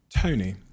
Tony